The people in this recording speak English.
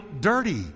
dirty